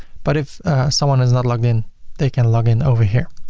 but if someone is not logged in they can log in over here.